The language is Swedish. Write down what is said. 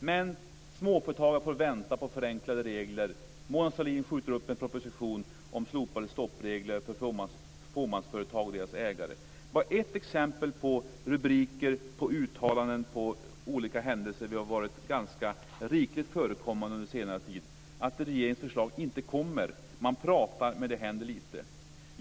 Men småföretagare får vänta på förenklade regler. Mona Sahlin skjuter upp en proposition om slopade stoppregler för fåmansföretag och deras ägare. Det var ett exempel på rubrik med anledning av uttalanden om olika händelser. Det har varit ganska rikligt förekommande under senare tid att regeringens förslag inte kommer. Man pratar, men det händer lite.